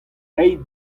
reiñ